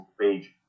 page